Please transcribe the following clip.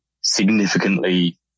significantly